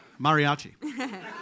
Mariachi